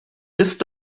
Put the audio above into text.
ist